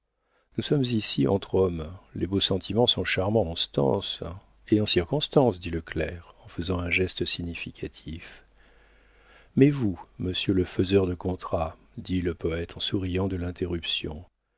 nous sommes ici entre hommes les beaux sentiments sont charmants en stances et en circonstances dit le clerc en faisant un geste significatif mais vous monsieur le faiseur de contrats dit le poëte en souriant de l'interruption